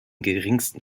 geringsten